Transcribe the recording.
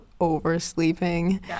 oversleeping